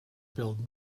build